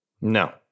No